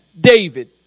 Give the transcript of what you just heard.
David